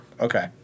Okay